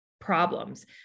problems